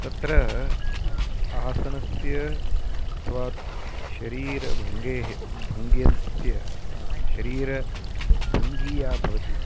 तत्र आसनस्य अथवा शरीरभङ्गेः भङ्ग्यन्स्य शरीरभङ्गी या भवति